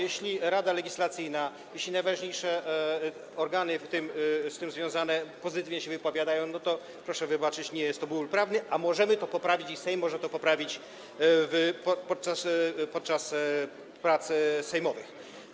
Jeśli Rada Legislacyjna, jeśli najważniejsze organy z tym związane pozytywnie się wypowiadają, to proszę wybaczyć, nie jest to bubel prawny, a możemy to poprawić, Sejm może to poprawić podczas prac sejmowych.